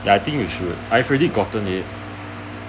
ya I think you should I've already gotten it